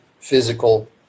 physical